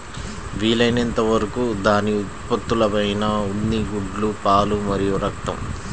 వీలైనంత వరకు దాని ఉత్పత్తులైన ఉన్ని, గుడ్లు, పాలు మరియు రక్తం